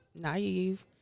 Naive